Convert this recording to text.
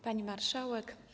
Pani Marszałek!